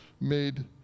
made